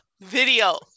video